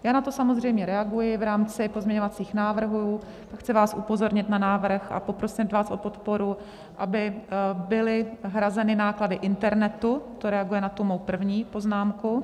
Já na to samozřejmě reaguji v rámci pozměňovacích návrhů a chci vás upozornit na návrh a poprosit vás o podporu, aby byly hrazeny náklady internetu, to reaguje na tu mou první poznámku.